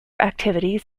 activities